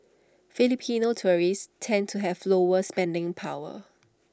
Filipino tourists tend to have lower spending power